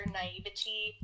naivety